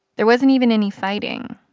there wasn't even any fighting.